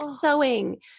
sewing